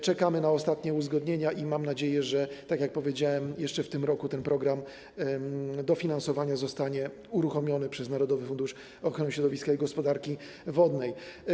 Czekamy na ostatnie uzgodnienia i mam nadzieję, że - tak jak powiedziałem - jeszcze w tym roku ten program dofinansowania zostanie uruchomiony przez Narodowy Fundusz Ochrony Środowiska i Gospodarki Wodnej.